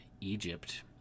Egypt